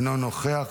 אינו נוכח,